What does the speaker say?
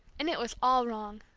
and it was all wrong.